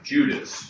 Judas